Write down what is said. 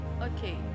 Okay